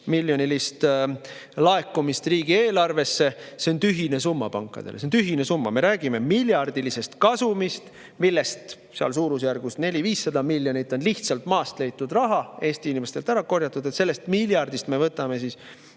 me räägime – laekumise riigieelarvesse. See on tühine summa pankadele. See on tühine summa! Me räägime miljardilisest kasumist, millest suurusjärgus 400–500 miljonit eurot on lihtsalt maast leitud raha, mis on Eesti inimestelt ära korjatud. Sellest miljardist me võtame 150